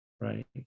right